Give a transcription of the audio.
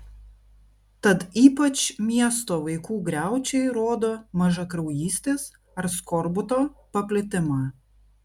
tad ypač miesto vaikų griaučiai rodo mažakraujystės ar skorbuto paplitimą